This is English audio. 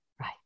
right